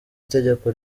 itegeko